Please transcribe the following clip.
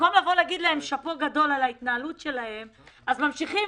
במקום להגיד להם שאפו גדול על ההתנהלות שלהם אז ממשיכים